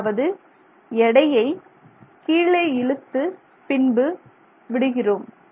அதாவது எடையை கீழே இழுத்து அதை பின்பு விடுகிறோம்